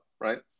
right